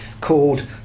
called